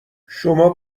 شما